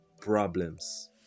problems